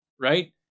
right